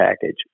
package